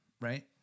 right